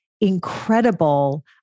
incredible